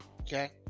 okay